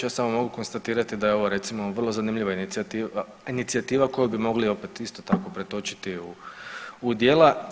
Ja samo mogu konstatirati da je ovo recimo vrlo zanimljiva inicijativa koju bi mogli opet isto tako pretočiti u djela.